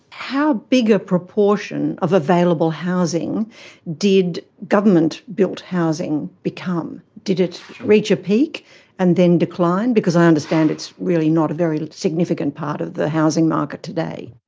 how big a proportion of available housing did government built housing become? did it reach a peak and then decline, because i understand it's really not a very significant part of the housing market today.